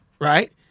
right